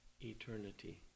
Eternity